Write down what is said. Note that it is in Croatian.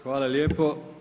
Hvala lijepo.